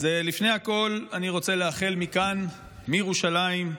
אז לפני הכול אני רוצה לאחל מכאן, מירושלים,